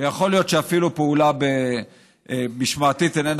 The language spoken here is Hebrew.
ויכול להיות שאפילו פעולה משמעתית איננה